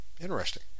Interesting